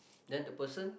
then the person